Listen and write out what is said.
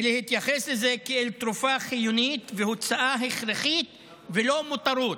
ולהתייחס לזה כאל תרופה חיונית והוצאה הכרחית ולא מותרות.